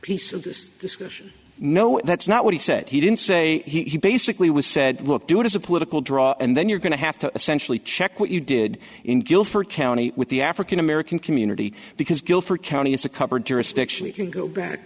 piece of this discussion no that's not what he said he didn't say he basically was said look do it as a political draw and then you're going to have to essentially check what you did in guilford county with the african american community because guilford county is a cover jurisdiction you can go back